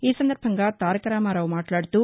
ఈ సందర్బంగా తారక రామారావు మాట్లాడుతూ